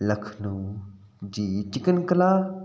लखनऊ जी चिकन कला